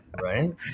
Right